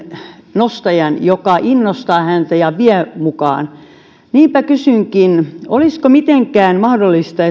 nostajaa joka innostaa häntä ja vie mukaan niinpä kysynkin olisiko mitenkään mahdollista